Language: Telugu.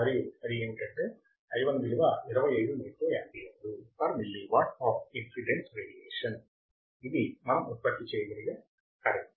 మరియు అది ఏమిటంటే i1 విలువ 25 మైక్రో యామ్పియర్లు per milliwatt of incident radiation ఇది మనం ఉత్పత్తి చేయగల కరెంట్